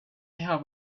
have